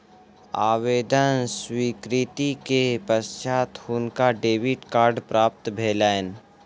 आवेदन स्वीकृति के पश्चात हुनका डेबिट कार्ड प्राप्त भेलैन